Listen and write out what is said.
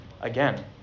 again